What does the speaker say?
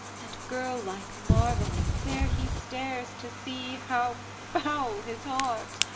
and girl-like, marvelling, there he stares to see how foul his heart!